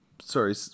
Sorry